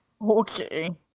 Okay